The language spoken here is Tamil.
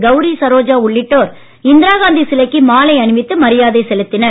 கவுரி சரோஜா உள்ளிட்டோர் இந்திரா காந்தி சிலைக்கு மாலை அணிவித்து மரியாதை செலுத்தினர்